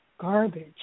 garbage